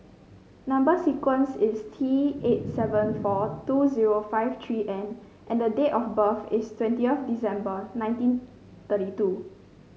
number sequence is T eight seven four two zero five three N and date of birth is twenty of December nineteen thirty two